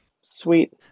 Sweet